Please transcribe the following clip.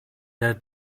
der